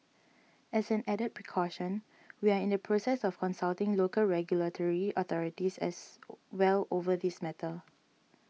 as an added precaution we are in the process of consulting local regulatory authorities as own well over this matter